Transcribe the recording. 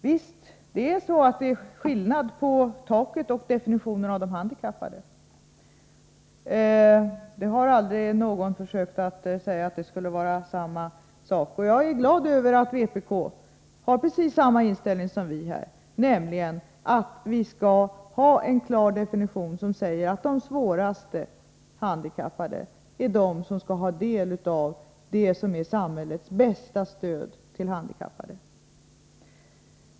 Visst är det skillnad mellan taket och definitionen när det gäller de handikappade — ingen har försökt säga att det skulle vara samma sak. Jag är glad över att vpk har precis samma inställning som vi härvidlag, nämligen att vi skall ha en klar definition som säger att de svårast handikappade skall ha del av samhällets bästa stöd till handikappade.